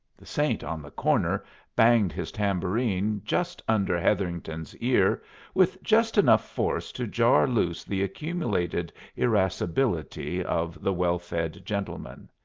the saint on the corner banged his tambourine just under hetherington's ear with just enough force to jar loose the accumulated irascibility of the well-fed gentleman.